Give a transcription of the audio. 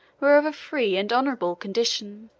were of a free and honorable condition.